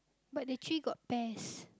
but the trees got pears